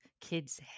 kids